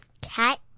cat